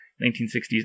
1960s